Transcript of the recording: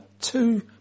two